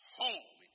home